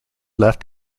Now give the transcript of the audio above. left